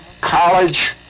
College